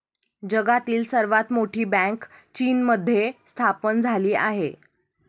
जगातील सर्वात मोठी बँक चीनमध्ये स्थापन झाली आहे